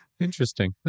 Interesting